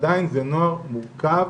עדיין זה נוער מורכב